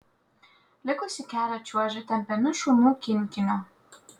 likusį kelią čiuožė tempiami šunų kinkinio